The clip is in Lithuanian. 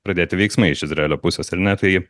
pradėti veiksmai iš izraelio pusės ar ne tai